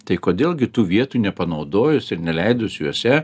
tai kodėl gi tų vietų nepanaudojus ir neleidus juose